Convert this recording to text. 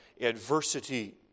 adversity